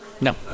No